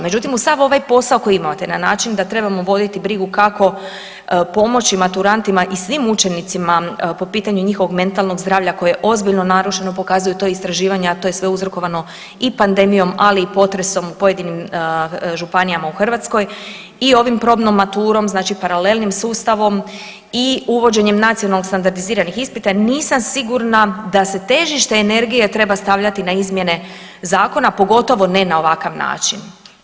Međutim, uz sav ovaj posao koji imate na način da trebamo voditi brigu kako pomoći maturantima i svim učenicima po pitanju njihovog mentalnog zdravlja koje je ozbiljno narušeno, pokazuju to istraživanja, to je sve uzrokovano i pandemijom, ali i potresom u pojedinim županijama u Hrvatskoj i ovim probnom maturom, znači paralelnim sustavom i uvođenjem nacionalnih standardiziranih ispita, nisam sigurna da se težište energije treba stavljati na izmjene zakona, pogotovo ne na ovakav način.